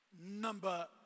Number